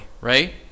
right